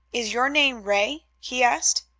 is your name ray? he asked.